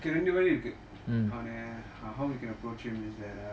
ரெண்டு வழி இருக்கு:rendu vazhi iruku how you can approach him is that um